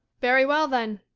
very well then!